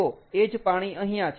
તો એ જ પાણી અહીંયા છે